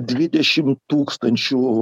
dvidešim tūkstančių